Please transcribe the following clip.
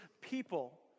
people